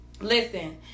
listen